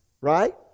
Right